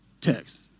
text